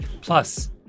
Plus